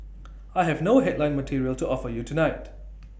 I have no headline material to offer you tonight